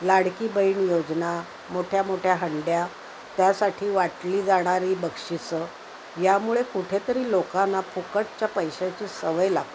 लाडकी बहीण योजना मोठ्या मोठ्या हंड्या त्यासाठी वाटली जाणारी बक्षिसं यामुळे कुठेतरी लोकांना फुकटच्या पैशाची सवय लागते